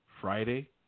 Friday